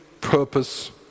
purpose